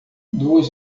duas